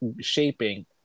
shaping